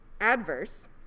adverse